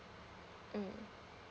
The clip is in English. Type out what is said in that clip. mm